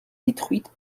détruite